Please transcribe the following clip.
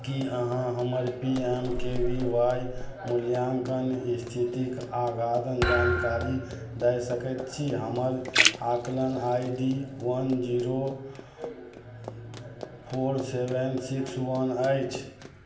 कि अहाँ हमर P M K V Y मूल्याङ्कन इस्थितिके अद्यतन जानकारी दै सकै छी हमर आकलन I D one zero four seven six one अछि